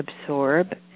absorb